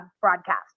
broadcast